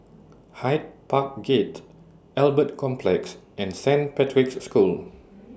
Hyde Park Gate Albert Complex and Saint Patrick's School